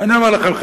ואני אומר לכם,